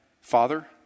Father